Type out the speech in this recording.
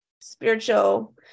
spiritual